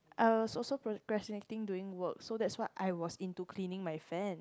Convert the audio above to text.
I was also procrastinating doing work so that's what I was into cleaning my fan